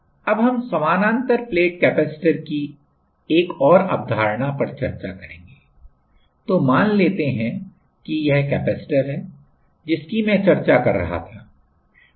Current Power Energy अब हम समानांतर प्लेट कैपेसिटर की एक और अवधारणा पर चर्चा करेंगे तो मान लेते है की यह कैपेसिटर है जिसकी मैं चर्चा कर रहा था